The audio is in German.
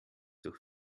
durch